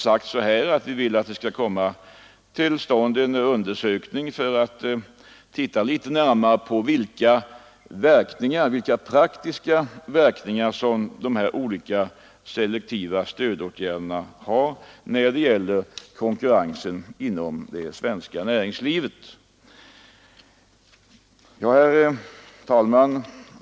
Därför vill vi ha till stånd en undersökning av vilka praktiska verkningar de olika selektiva stödåtgärderna har på konkurrensen inom det svenska näringslivet. Herr talman!